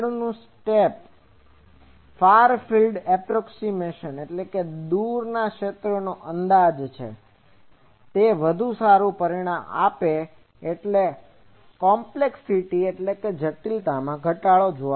આગળનું step far field approximation Field Approximation દૂરના ક્ષેત્રનો અંદાજ છે તે વધુ સારું પરિણામ આપે છે એટલે કોમ્પ્લેક્શીટીcomplexityજટિલતામાં ઘટાડો